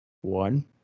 One